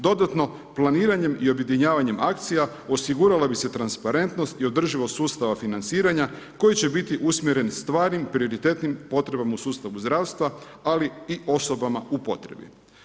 Dodatno, planiranjem i objedinjavanjem akcija osigurala bi se transparentnost i održivost sustava financiranja koji će biti usmjeren stvarnim prioritetnim potrebama u sustavu zdravstva, ali i osobama u potrebi.